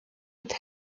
mit